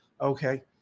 Okay